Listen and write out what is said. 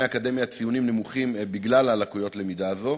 האקדמיה ציונים נמוכים בגלל לקויות הלמידה האלה.